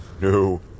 no